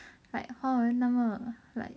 like 华文那么 like